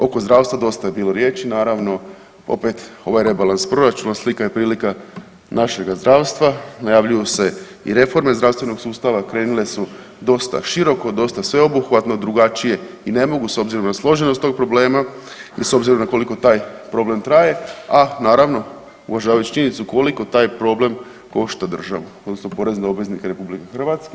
Oko zdravstva dosta je bilo riječi, naravno opet ovaj rebalans proračuna slika je i prilika našega zdravstva, najavljuju se i reforme zdravstvenog sustava krenule su dosta široko, dosta sveobuhvatno drugačije i ne mogu s obzirom na složenost tog problema i s obzirom na koliko taj problem traje, na naravno uvažavajući činjenicu koliko taj problem košta državu odnosno porezne obveznike RH.